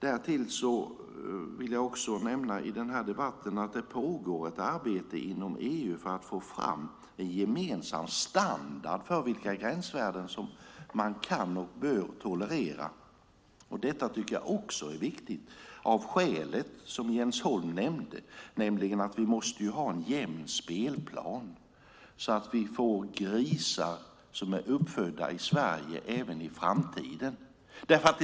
Jag vill också nämna i den här debatten att det pågår ett arbete inom EU för att få fram en gemensam standard för vilka gränsvärden som man kan och bör tolerera. Detta tycker jag också är viktigt av det skäl som Jens Holm nämnde, nämligen att vi måste ha en jämn spelplan så att vi får grisar som är uppfödda i Sverige även i framtiden. Fru talman!